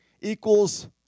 equals